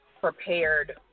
prepared